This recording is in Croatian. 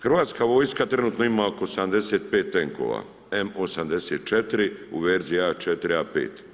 Hrvatska vojska trenutno ima oko 75 tenkova, M84 u verziji A4, A5.